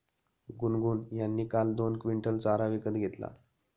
गुनगुन यांनी काल दोन क्विंटल चारा विकत घेतला